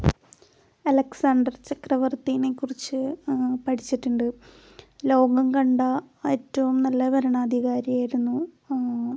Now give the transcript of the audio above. Alexander ചക്രവർത്തീനേ കുറിച്ച് പഠിച്ചിട്ടുണ്ട് ലോകം കണ്ട ഏറ്റവും നല്ല ഭരണാധികാരിയായിരുന്നു